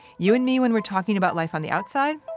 you and me when we're talking about life on the outside,